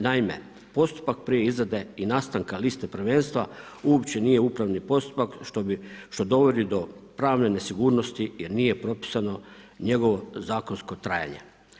Naime, postupak prije izrade i nastanka liste prvenstva uopće nije upravni postupak što dovodi do pravne nesigurnosti jer nije propisano njegovo zakonsko trajanje.